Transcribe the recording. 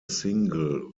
single